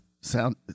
sound